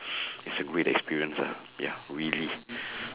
is a great experience ah ya really